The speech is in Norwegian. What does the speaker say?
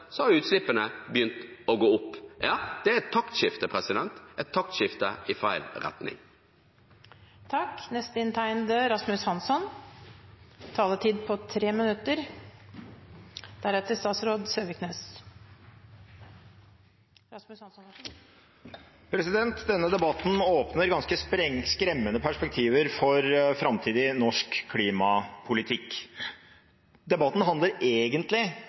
har utslippene begynt å gå opp. Ja, det er et taktskifte – et taktskifte i feil retning. Denne debatten åpner ganske skremmende perspektiver for framtidig norsk klimapolitikk. Debatten handler egentlig om hvorvidt vi skal sette inn tiltak på ett felt for